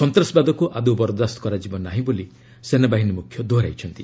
ସନ୍ତାସବାଦକୁ ଆଦୌ ବରଦାସ୍ତ କରାଯିବ ନାହିଁ ବୋଲି ସେନାବାହିନୀ ମୁଖ୍ୟ ଦୋହରାଇଛନ୍ତି